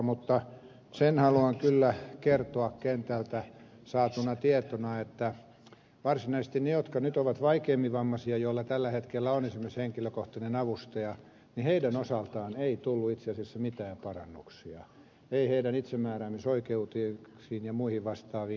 mutta sen haluan kyllä kertoa kentältä saatuna tietona että varsinaisesti niiden osalta jotka nyt ovat vaikeimmin vammaisia joilla tällä hetkellä on esimerkiksi henkilökohtainen avustaja ei tullut itse asiassa mitään parannuksia ei heidän itsemääräämisoikeuteensa eikä muihin vastaaviin